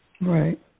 Right